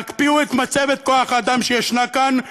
תקפיאו את מצבת כוח האדם שישנה כאן.